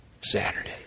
Saturday